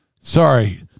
sorry